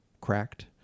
cracked